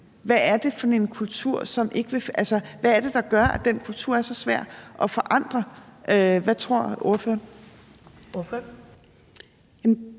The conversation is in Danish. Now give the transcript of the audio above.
Hvad er det, der gør, at den kultur er så svær at forandre? Hvad tror ordføreren?